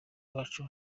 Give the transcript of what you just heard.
wacu